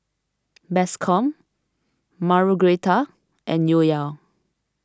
Bascom Margueritta and Yoel